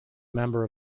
member